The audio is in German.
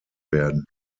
werden